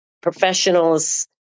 professionals